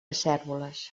cérvoles